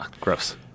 gross